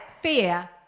Fear